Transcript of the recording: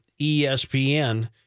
ESPN